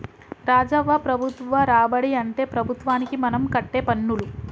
రాజవ్వ ప్రభుత్వ రాబడి అంటే ప్రభుత్వానికి మనం కట్టే పన్నులు